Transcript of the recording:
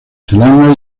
zelanda